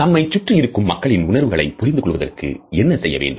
நம்மை சுற்றி இருக்கும் மக்களின் உணர்வுகளை புரிந்து கொள்வதற்கு என்ன செய்ய வேண்டும்